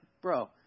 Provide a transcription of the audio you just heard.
bro